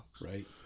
Right